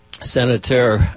Senator